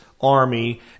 Army